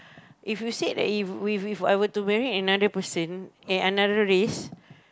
if you said that if if If I were to marry another person another race